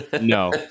no